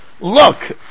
look